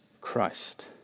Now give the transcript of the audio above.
Christ